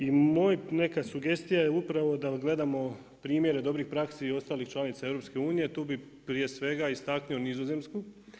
I moja sugestija je upravo da odgledamo primjere dobrih praksi i ostalih članica EU, a tu bih prije svega istaknuo Nizozemsku.